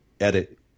Edit